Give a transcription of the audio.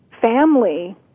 family